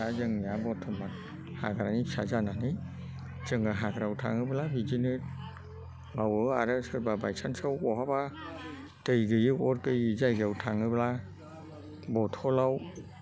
दा जोंनिया बर्तमान हाग्रानि फिसा जानानै जोङो हाग्रायाव थाङोबोला बिदिनो बावो आरो सोरबा बाइसान्सआव बहाबा दै गैयै अर गैयै जायागायाव थाङोब्ला बटलआव